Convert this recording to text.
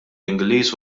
ingliż